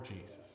Jesus